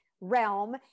realm